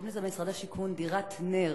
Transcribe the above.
קוראים לזה במשרד השיכון דירת נ"ר,